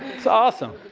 it's awesome.